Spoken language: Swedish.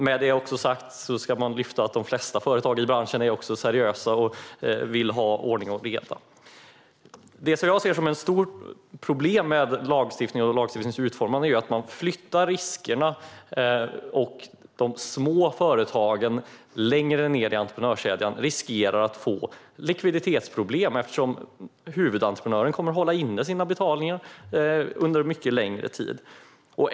Med det sagt ska man lyfta fram att de flesta företag i branschen är seriösa och vill ha ordning och reda. Det jag ser som ett stort problem med lagstiftningen och dess utformning är att man flyttar riskerna. De små företagen längre ned i entreprenörskedjan riskerar att få likviditetsproblem eftersom huvudentreprenören kommer att hålla inne sina betalningar under mycket längre tid.